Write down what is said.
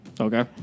Okay